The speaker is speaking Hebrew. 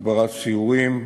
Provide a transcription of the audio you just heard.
הגברת סיורים,